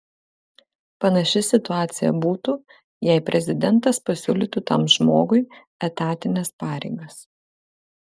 panaši situacija būtų jei prezidentas pasiūlytų tam žmogui etatines pareigas